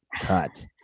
cut